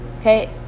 Okay